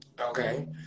Okay